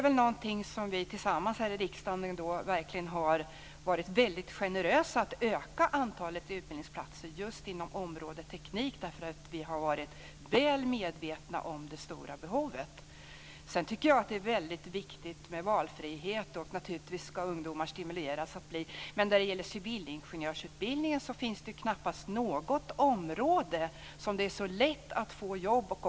Vi har tillsammans här i riksdagen verkligen varit generösa med att öka antalet utbildningsplatser just inom området teknik, därför att vi har varit väl medvetna om det stora behovet. Jag tycker att det är väldigt viktigt med valfrihet och att ungdomar skall stimuleras. Men när det gäller civilingenjörsutbildningen finns det knappast något område som det är så lätt att få jobb med.